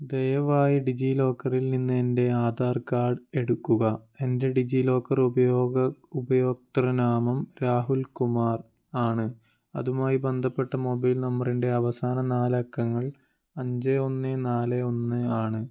ദയവായി ഡിജിലോക്കറിൽനിന്ന് എൻ്റെ ആധാർ കാർഡ് എടുക്കുക എൻ്റെ ഡിജിലോക്കർ ഉപയോഗ ഉപയോക്തൃനാമം രാഹുൽ കുമാർ ആണ് അതുമായി ബന്ധപ്പെട്ട മൊബൈൽ നമ്പറിൻ്റെ അവസാന നാലക്കങ്ങൾ അഞ്ച് ഒന്ന് നാല് ഒന്ന് ആണ്